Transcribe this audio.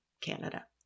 Canada